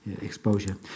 exposure